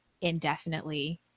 indefinitely